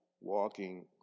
Walking